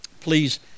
please